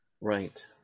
Right